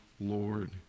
Lord